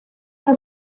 alla